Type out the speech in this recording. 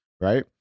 right